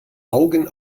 augen